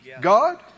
God